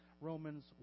Romans